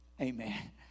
Amen